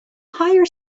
hire